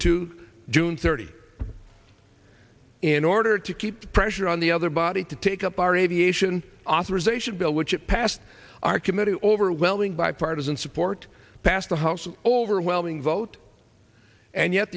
to june thirty in order to keep pressure on the other body to take up our aviation authorization bill which it passed our committee overwhelming bipartisan support passed the house overwhelming vote and yet